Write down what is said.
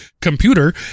computer